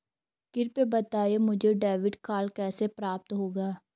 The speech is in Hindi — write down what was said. कृपया बताएँ मुझे डेबिट कार्ड कैसे प्राप्त होगा?